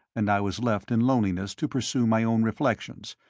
and i was left in loneliness to pursue my own reflections,